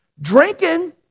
drinking